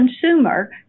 consumer